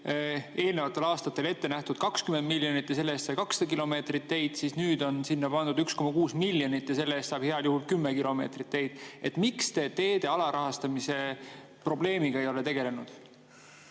eelnevatel aastatel olnud ette nähtud 20 miljonit ja selle eest on saanud 200 kilomeetrit teid, siis nüüd on sinna pandud 1,6 miljonit ja selle eest saab heal juhul 10 kilomeetrit teid. Miks te teede alarahastamise probleemiga ei ole tegelenud?